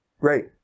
Great